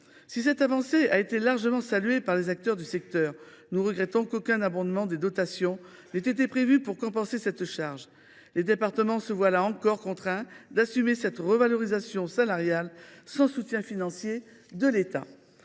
Si cette avancée a été largement saluée par les acteurs du secteur, nous regrettons qu’aucun abondement des dotations n’ait été prévu pour compenser cette charge. Les départements se voient là encore contraints d’assumer cette revalorisation salariale sans soutien financier de l’État.